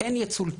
אין יצוא.